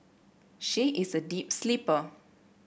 she is a deep sleeper